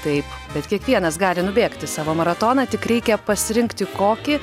taip bet kiekvienas gali nubėgti savo maratoną tik reikia pasirinkti kokį